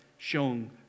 shown